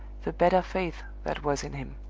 the better faith that was in him.